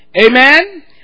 Amen